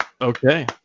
Okay